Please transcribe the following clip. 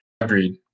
Agreed